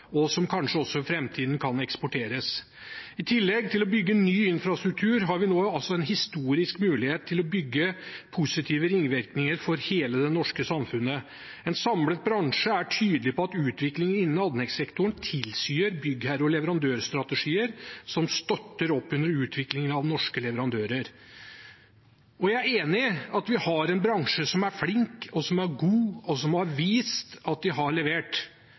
og som kanskje også i framtiden kan eksporteres. I tillegg til å bygge ny infrastruktur har vi nå en historisk mulighet til å bygge positive ringvirkninger for hele det norske samfunnet. En samlet bransje er tydelig på at utviklingen innen anleggssektoren tilsier byggherre- og leverandørstrategier som støtter opp under utviklingen av norske leverandører. Jeg er enig i at vi har en bransje som er flink, og som er god, og som har vist at den har levert.